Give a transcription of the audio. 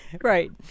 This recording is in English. Right